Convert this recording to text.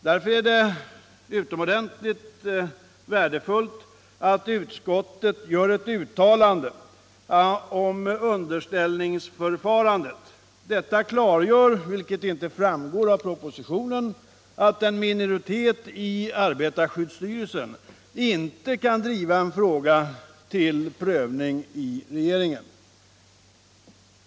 Därför är det utomordentligt värdefullt att utskottet gör ett uttalande om underställningsförfarandet. Detta klargör, vilket inte framgår av propositionen, att en minoritet i arbetarskyddsstyrelsen inte kan driva en fråga till prövning i regeringen.